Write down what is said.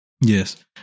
Yes